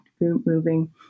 moving